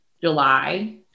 July